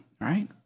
right